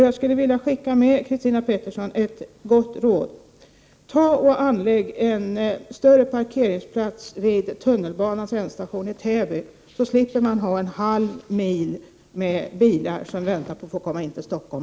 Jag skulle vilja skicka med Christina Pettersson ett gott råd: Anlägg en större parkeringsplats vid tunnelbanans ändstation i Täby, så slipper vi en halv mil lång bilkö utanför Norrtäljevägen med människor som väntar på att få komma in till Stockholm.